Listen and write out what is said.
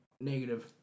negative